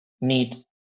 need